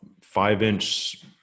five-inch